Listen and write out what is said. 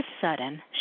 sudden